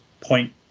point